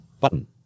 Button